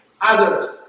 others